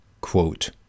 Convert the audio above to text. quote